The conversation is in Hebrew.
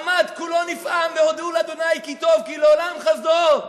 עמד כולו נפעם: הודו לה' כי לעולם חסדו.